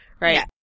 right